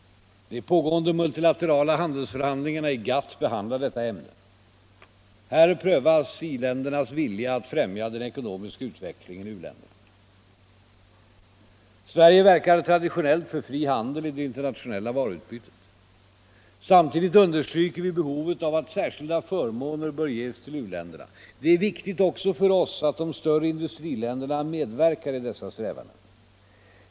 De pågående multilaterala handelsförhandlingarna i GATT behandlar detta ämne. Här prövas i-ländernas vilja att främja den ekonomiska utvecklingen i uländerna. Sverige verkar traditionellt för fri handel i det internationella varuutbytet. Samtidigt understryker vi behovet av att särskilda förmåner ges till u-länderna. Det är viktigt, också för oss, att de större industriländerna medverkar i dessa strävanden.